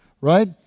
right